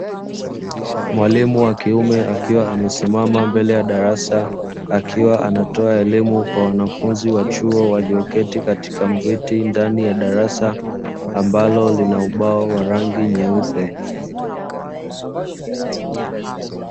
Mwalimu wa kiume akiwa amesimama mbele ya darasa akiwa anatoa elimu kwa wanafunzi wa chuo walioketi katika viti ndani ya darasa, ambalo lina ubao wa rangi nyeupe.